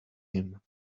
him